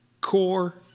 core